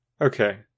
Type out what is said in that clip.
Okay